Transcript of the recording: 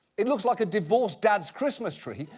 it looks like a divorced dad's christmas tree,